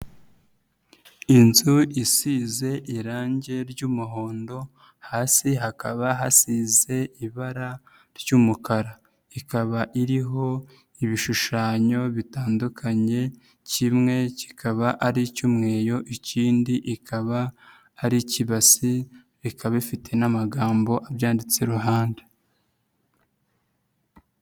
Inzu isize irangi ry'umuhondo, hasi hakaba hasize ibara ry'umukara, ikaba iriho ibishushanyo bitandukanye, kimwe kikaba ari icyumweyo, ikindi ikaba ari ikibasi, ikaba ifite n'amagambo abyanditse iruhande.